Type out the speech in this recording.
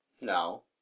No